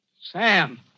Sam